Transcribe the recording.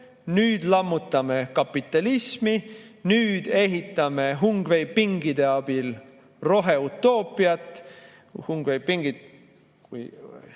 nüüd lammutame kapitalismi, nüüd ehitame hungveipingide abil roheutoopiat. Hungveipingid,